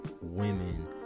women